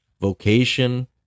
vocation